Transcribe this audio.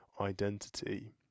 identity